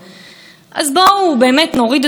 מי פוגע בכנסת,